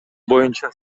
боюнча